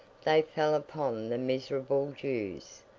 they fell upon the miserable jews,